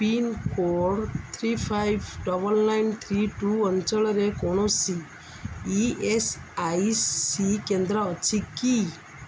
pincode three five double nine three two ଅଞ୍ଚଳରେ କୌଣସି E S I C କେନ୍ଦ୍ର ଅଛି କି